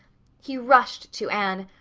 he rushed to anne,